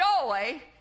joy